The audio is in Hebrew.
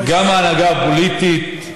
גם ההנהגה הפוליטית,